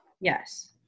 Yes